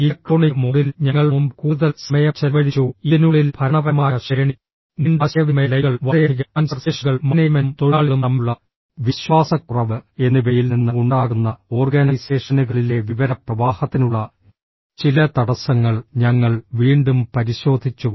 electronic മോഡിൽ ഞങ്ങൾ മുമ്പ് കൂടുതൽ സമയം ചെലവഴിച്ചു ഇതിനുള്ളിൽ ഭരണപരമായ ശ്രേണി നീണ്ട ആശയവിനിമയ ലൈനുകൾ വളരെയധികം ട്രാൻസ്ഫർ സ്റ്റേഷനുകൾ മാനേജ്മെന്റും തൊഴിലാളികളും തമ്മിലുള്ള വിശ്വാസക്കുറവ് എന്നിവയിൽ നിന്ന് ഉണ്ടാകുന്ന ഓർഗനൈസേഷനുകളിലെ വിവര പ്രവാഹത്തിനുള്ള ചില തടസ്സങ്ങൾ ഞങ്ങൾ വീണ്ടും പരിശോധിച്ചു